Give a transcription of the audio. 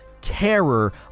terror